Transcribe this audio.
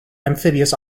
amphibious